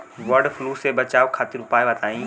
वड फ्लू से बचाव खातिर उपाय बताई?